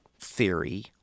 theory